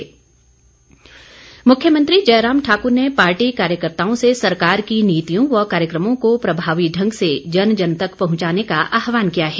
मुख्यमंत्री मुख्यमंत्री जयराम ठाकुर ने पार्टी कार्यकर्ताओं से सरकार की नीतियों व कार्यकर्मो को प्रभावी ढंग से जन जन तक पहुंचाने का आहवान किया है